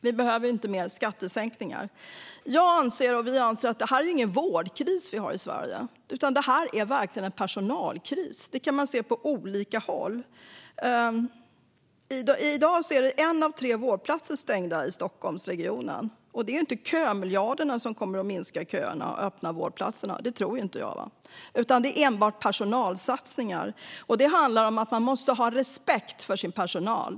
Vi behöver inga fler skattesänkningar. Jag och Vänsterpartiet anser att det inte är någon vårdkris vi har i Sverige, utan det är verkligen en personalkris. Det kan man se på olika håll. I dag är en av tre vårdplatser stängd i Stockholmsregionen. Jag tror inte att det är kömiljarderna som kommer att minska köerna och öppna vårdplatserna, utan det är enbart personalsatsningar. Det handlar om att man måste ha respekt för sin personal.